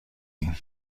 این